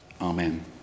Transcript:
Amen